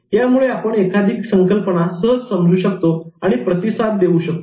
त्यामुळे आपण एखादी संकल्पना सहज समजू शकतो आणि प्रतिसाद देऊ शकतो